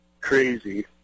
crazy